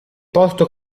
porto